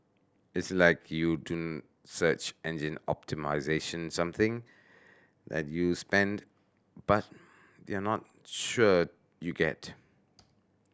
it's like you do search engine optimisation something that you spend but you're not sure you get